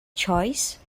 choice